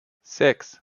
six